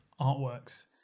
artworks